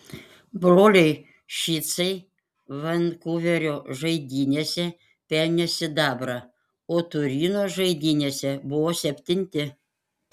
broliai šicai vankuverio žaidynėse pelnė sidabrą o turino žaidynėse buvo septinti